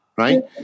right